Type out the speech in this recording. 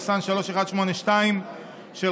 פ/3182/24,